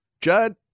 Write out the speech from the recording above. Judd